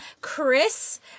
Chris